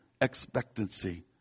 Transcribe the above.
expectancy